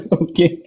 okay